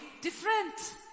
different